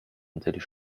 natürlich